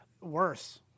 worse